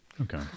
Okay